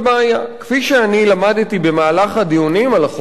כפי שאני למדתי במהלך הדיונים על החוק הזה,